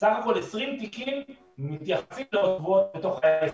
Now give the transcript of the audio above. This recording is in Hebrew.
סך הכול 20 תיקים מתייחסים להוצאות קבועות בעסק.